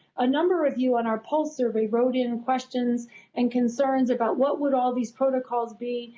a number of you in our pulse survey wrote in questions and concerns about what would all these protocols be?